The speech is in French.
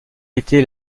était